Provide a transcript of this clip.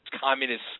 communist